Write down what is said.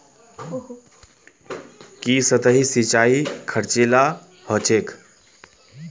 की सतही सिंचाई खर्चीला ह छेक